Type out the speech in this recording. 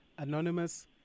anonymous